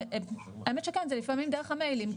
האמת שכן, זה לפעמים דרך המיילים.